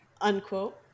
Unquote